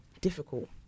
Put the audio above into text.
difficult